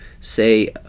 say